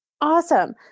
Awesome